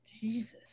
Jesus